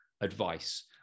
advice